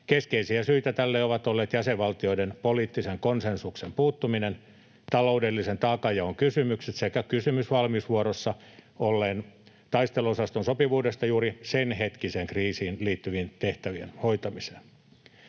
keskeisiä syitä tälle ovat olleet jäsenvaltioiden poliittisen konsensuksen puuttuminen, taloudellisen taakanjaon kysymykset sekä kysymys valmiusvuorossa olleen taisteluosaston sopivuudesta juuri sen hetkiseen kriisiin liittyvien tehtävien hoitamiseen.